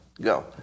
Go